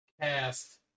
cast